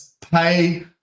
pay